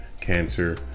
cancer